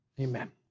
amen